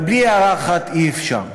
אבל בלי הערה אחת אי-אפשר,